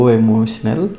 emotional